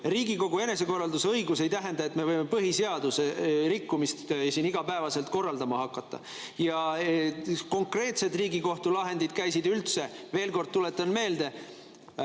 Riigikogu enesekorraldusõigus ei tähenda, et me võime põhiseaduse rikkumist siin igapäevaselt korraldama hakata. Ja konkreetsed Riigikohtu lahendid käisid üldse, veel kord tuletan meelde,